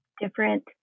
different